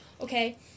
Okay